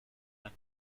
and